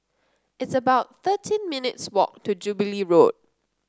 it's about thirteen minutes' walk to Jubilee Road